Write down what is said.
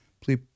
Please